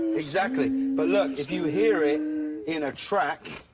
exactly. but lock if you hear it, in a track